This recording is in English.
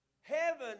heaven